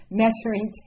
measuring